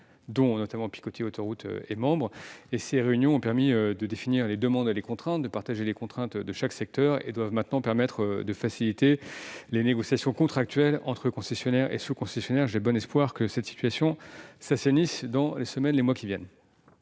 dont Picoty Autoroutes est membre, et ces réunions ont permis de définir les demandes et les contraintes de chaque secteur. Elles doivent maintenant permettre de faciliter les négociations contractuelles entre concessionnaires et sous-concessionnaires. J'ai bon espoir que cette situation s'assainira dans les semaines ou mois qui viennent.